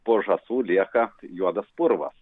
po žąsų lieka juodas purvas